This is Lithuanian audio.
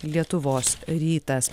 lietuvos rytas